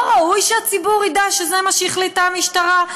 לא ראוי שהציבור ידע שזה מה שהחליטה המשטרה?